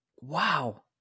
wow